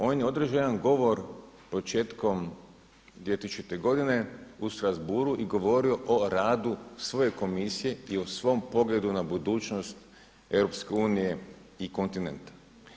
On je održao jedan govor početkom 2000. godine u Strasbourgu i govorio o radu svoje Komisije i o svom pogledu na budućnost EU i kontinenta.